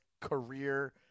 career